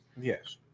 Yes